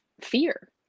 fear